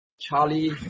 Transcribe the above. Charlie